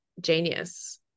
genius